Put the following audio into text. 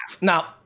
Now